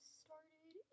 started